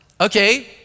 okay